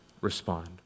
respond